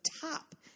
top